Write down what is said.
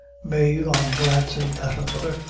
mave, on glancing at her mother,